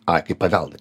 ai kaip paveldą